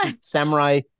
samurai